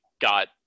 got